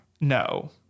No